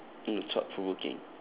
mm thought provoking